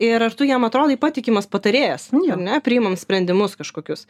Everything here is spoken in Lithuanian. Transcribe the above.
ir ar tu jam atrodai patikimas patarėjas ar ne priimam sprendimus kažkokius